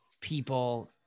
people